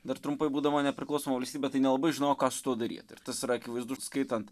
dar trumpai būdama nepriklausoma valstybe tai nelabai žinojau ką su tuo daryt ir tas yra akivaizdu skaitant